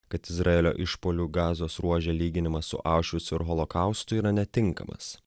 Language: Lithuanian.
kad izraelio išpuolių gazos ruože lyginimas su aušvicu ir holokaustu yra netinkamas